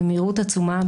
במהירות עצומה,